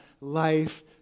life